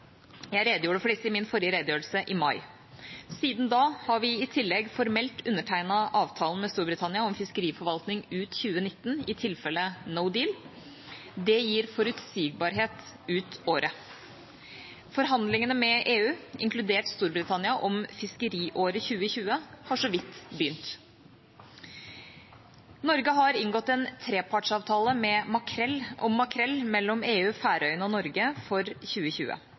Jeg redegjorde for disse i min forrige redegjørelse i mai. Siden da har vi i tillegg formelt undertegnet avtalen med Storbritannia om fiskeriforvaltning ut 2019 i tilfelle «no deal». Dette gir forutsigbarhet ut året. Forhandlingene med EU, inkludert Storbritannia, om fiskeriåret 2020 har så vidt begynt. Norge har inngått en trepartsavtale om makrell mellom EU, Færøyene og Norge for 2020.